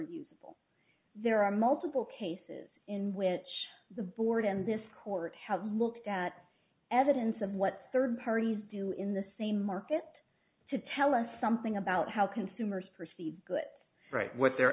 usable there are multiple cases in which the board and this court have mocked at evidence of what third parties do in the same market to tell us something about how consumers perceive good right what they're